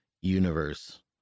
universe